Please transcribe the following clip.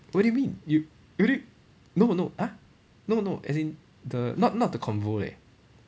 what do you mean you you d~ no no !huh! no no as in the not not the convo leh